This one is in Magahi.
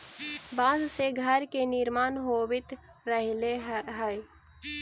बाँस से घर के निर्माण होवित रहले हई